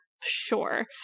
Sure